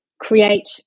create